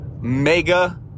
mega